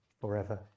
forever